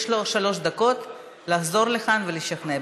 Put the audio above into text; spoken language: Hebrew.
יש לו שלוש דקות לחזור לכאן ולשכנע.